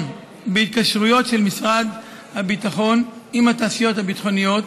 בהתקשרויות של המשרד עם התעשיות הביטחוניות